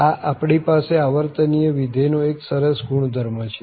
આ આપણી પાસે આવર્તનીય વિધેયનો એક સરસ ગુણધર્મ છે